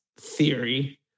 theory